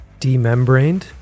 demembraned